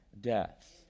death